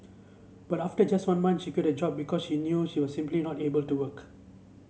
but after just one month she quit her job because she knew she was simply not able to work